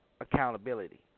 accountability